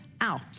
out